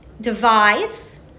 divides